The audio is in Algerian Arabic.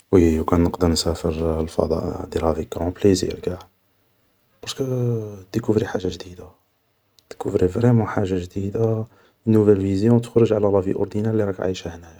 وي وكان نقدر نسافر للفضاء نديرها افيك قرون بليزير قاع, بارسكو ديكوفري حاجة جديدة, ديكوفري فريمون حاجة جديدة, نوفال فيزيون, تخرج على لافي اوردينار اللي راك عايشها هنايا